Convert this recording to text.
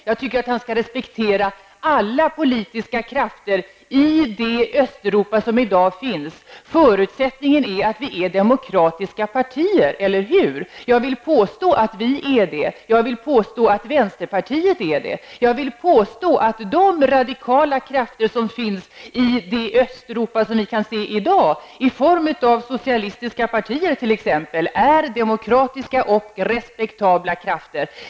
Jag tycker att han skall respektera alla politiska krafter i det Östeuropa som i dag finns. Förutsättningen är att det är fråga om demokratiska partier, eller hur? Jag vill påstå att vi i vänsterpartiet är ett demokratiskt parti. Jag vill påstå att de radikala krafter som finns i det Östeuropa som vi kan se i dag, i form av t.ex. socialistiska partier, är demokratiska och respektabla krafter.